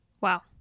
Wow